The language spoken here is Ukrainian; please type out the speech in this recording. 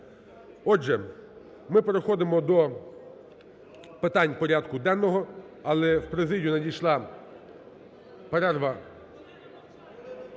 Отже, ми переходимо до питань порядку денного. Але в президію надійшла… перерва…